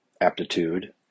aptitude